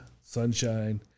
sunshine